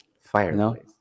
fireplace